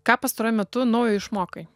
ką pastaruoju metu naujo išmokai